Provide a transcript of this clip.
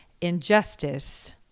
Injustice